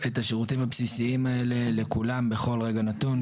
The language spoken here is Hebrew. את השירותים הבסיסיים האלה לכולם בכל רגע נתון.